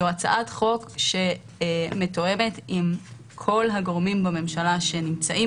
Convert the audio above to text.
זו הצעת חוק שמתואמת עם כל הגורמים בממשלה שנמצאים